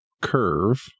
curve